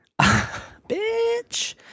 Bitch